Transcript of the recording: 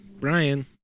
Brian